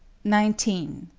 nineteen.